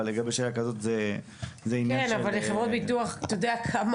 אבל לגבי שאלה כזאת זה עניין של --- אתה יודע כמה